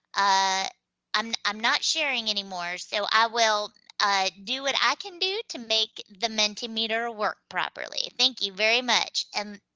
ah i'm i'm not sharing anymore, so i will ah do what i can do to make the mentimeter work properly. thank you very much. and